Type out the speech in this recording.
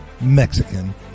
Mexican